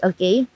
Okay